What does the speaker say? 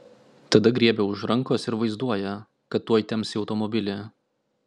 tada griebia už rankos ir vaizduoja kad tuoj temps į automobilį